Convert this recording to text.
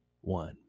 one